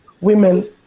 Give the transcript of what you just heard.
women